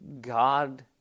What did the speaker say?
God